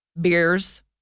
beers